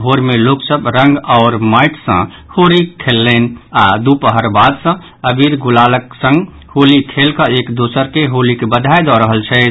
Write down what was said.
भोर मे लोक सभ रंग आओर माटि सँ होरी खेललनि आओर दूपहर बाद सँ अबीर गुलालक संग होली खेल कऽ एक दोसर के होलीक बधाई दऽ रहल छथि